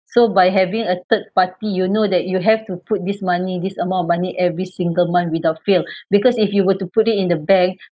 so by having a third party you know that you have to put this money this amount of money every single month without fail because if you were to put it in the bank